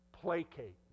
placate